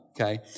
Okay